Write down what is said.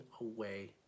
away